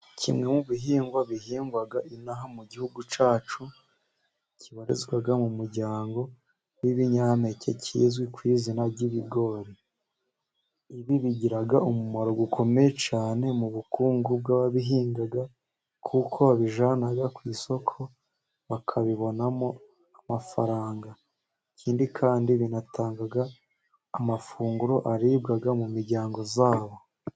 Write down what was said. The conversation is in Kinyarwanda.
Kimwe mu bihingwa bihingwa ino aha mu gihugu cyacu kibarizwa mu muryango w'ibinyampeke, kizwi ku izina ry'ibigori, ibi bigira umumaro ukomeye cyane, mu bukungu bw'ababihinga, kuko babijyana ku isoko bakabibonamo amafaranga. Ikindi kandi binatanga amafunguro aribwa mu miryango yabo.